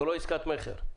זו לא עסקת מכר.